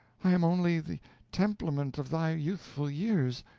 i am only the templement of thy youthful years,